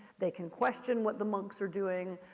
they can question what the monks are doing.